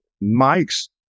Mike's